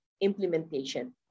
implementation